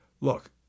look